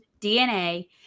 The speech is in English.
DNA